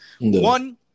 One